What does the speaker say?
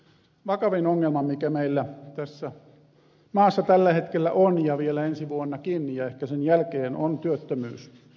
vakavin ongelma mikä meillä tässä maassa tällä hetkellä on ja vielä ensi vuonnakin ja ehkä sen jälkeen on työttömyys